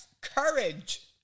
courage